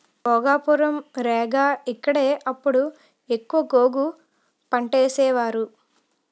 భోగాపురం, రేగ ఇక్కడే అప్పుడు ఎక్కువ గోగు పంటేసేవారు